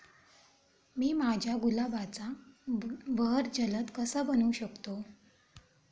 मी माझ्या गुलाबाचा बहर जलद कसा बनवू शकतो?